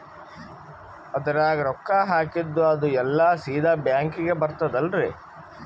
ಅದ್ರಗ ರೊಕ್ಕ ಹಾಕಿದ್ದು ಅದು ಎಲ್ಲಾ ಸೀದಾ ಬ್ಯಾಂಕಿಗಿ ಬರ್ತದಲ್ರಿ?